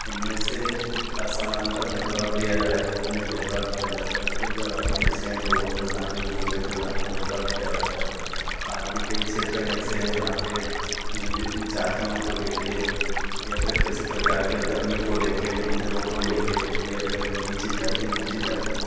इनमें से असमानता भेद भाव लिया जाए तो इनमें भेद भाव किया जाता है कई जगह पर ऐसे है लोगों के साथ एक दूसरे के साथ भेद भाव किया जाता है आज भी कई क्षेत्र ऐसे हैं जहाँ पर निजी जातियों को ले कर या फिर किसी प्रकार के धर्म को ले कर मंदिरों को ले के या फिर नीची जाति ऊँची जाति